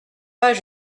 pas